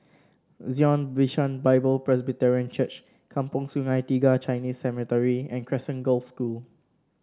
Zion Bishan Bible Presbyterian Church Kampong Sungai Tiga Chinese Cemetery and Crescent Girls' School